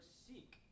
seek